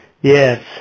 yes